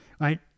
right